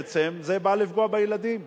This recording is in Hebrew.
בעצם בא לפגוע בילדים,